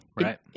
Right